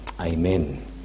Amen